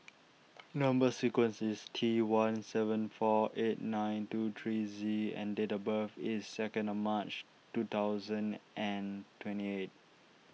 Number Sequence is T one seven four eight nine two three Z and date of birth is second of March two thousand and twenty eight